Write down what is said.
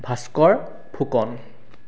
Bhaskar Phukan